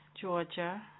Georgia